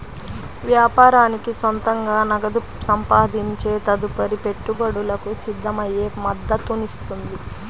వ్యాపారానికి సొంతంగా నగదు సంపాదించే తదుపరి పెట్టుబడులకు సిద్ధమయ్యే మద్దతునిస్తుంది